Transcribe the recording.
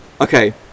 okay